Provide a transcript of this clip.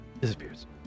Disappears